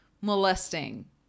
molesting